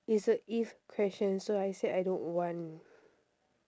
it's a if question so I said I don't want